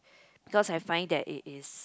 because I find that it is